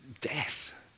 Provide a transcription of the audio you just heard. death